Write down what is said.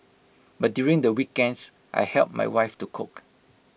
but during the weekends I help my wife to cook